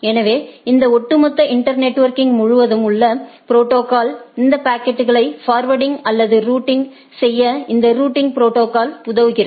எனவே இந்த ஒட்டுமொத்த இன்டர் நெட்வொர்க்க்கிங் முழுவதும் உள்ள ப்ரோடோகால் இந்த பாக்கெட்களை ஃபார்வேர்டிங் அல்லது ரூட்டிங் செய்ய இந்த ரூட்டிங் ப்ரோடோகால்ஸ் உதவுகிறது